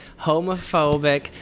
homophobic